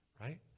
right